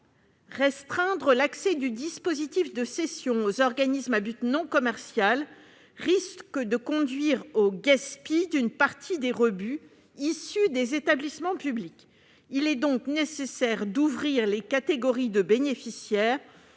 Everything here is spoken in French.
Restreindre l'accès du dispositif de cession aux organismes à but non commercial risque de conduire au gaspillage d'une partie des rebuts issus des établissements publics. Il est donc nécessaire d'ouvrir les catégories de bénéficiaires